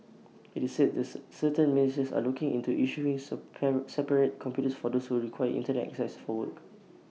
IT is said this certain ministries are looking into issuing separate computers for those who require Internet access for work